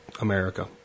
America